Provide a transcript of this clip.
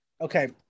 Okay